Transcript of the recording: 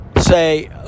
say